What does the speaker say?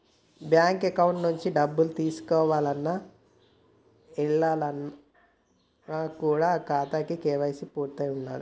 bank account నుంచి డబ్బులు తీసుకోవాలన్న, ఏయాలన్న కూడా ఆ ఖాతాకి కేవైసీ పూర్తయ్యి ఉండాలే